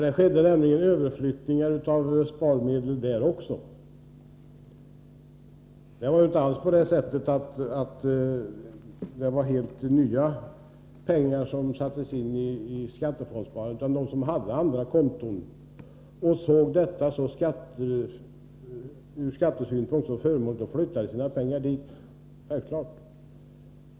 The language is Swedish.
Det skedde nämligen överflyttningar av sparmedel också i det sparsystemet. Det var inte alls så att det var helt ”nya” pengar som sattes in i skattefondssparandet, utan de som hade andra konton och som såg detta sparande som förmånligt ur skattesynpunkt flyttade självfallet över sina pengar dit.